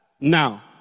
now